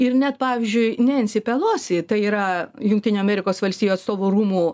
ir net pavyzdžiui nensipelosi tai yra jungtinių amerikos valstijų atstovų rūmų